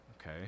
okay